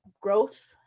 growth